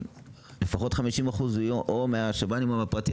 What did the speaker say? לפחות 50% יהיו או מהשב"נים או מהפרטי,